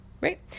right